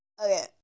Okay